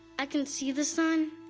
i can see the sun,